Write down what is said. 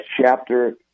chapter